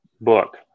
book